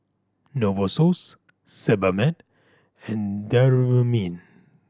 Novosource Sebamed and Dermaveen